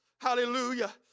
Hallelujah